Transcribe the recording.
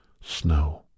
snow